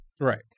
Right